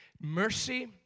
Mercy